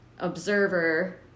observer